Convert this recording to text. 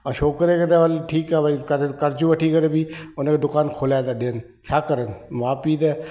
ऐं छोकिरे खे त हल ठीकु आहे भई कर कर्ज वठी करे बि उनखे दुकानु खुलाए था ॾियनि छा करे माउ पीउ त